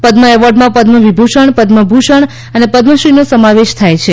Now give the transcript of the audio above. પદ્મ એવોર્ડ્સમાં પદ્મ વિભૂષણ પદ્મ ભૂષણ અને પદ્મ શ્રીનો સમાવેશ થાય છે